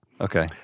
Okay